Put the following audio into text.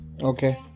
Okay